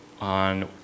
on